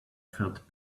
felt